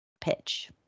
pitch